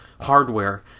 hardware